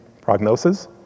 prognosis